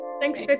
Thanks